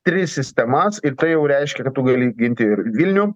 tris sistemas ir tai jau reiškia kad tu gali ginti ir vilnių